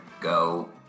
go